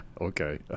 Okay